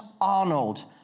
Arnold